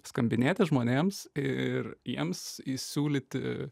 skambinėti žmonėms ir jiems įsiūlyti